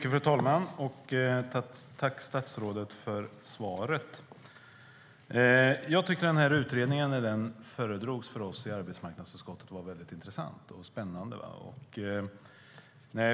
Fru talman! Jag tackar statsrådet för svaret. När denna utredning föredrogs för oss i arbetsmarknadsutskottet tyckte jag att den var mycket intressant och spännande.